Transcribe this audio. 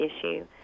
issue